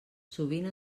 sovint